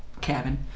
cabin